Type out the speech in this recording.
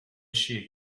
she